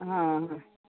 आ